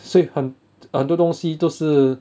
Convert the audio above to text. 所以很很多东西都是